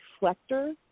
reflector